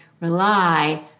rely